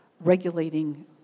regulating